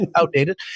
outdated